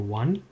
one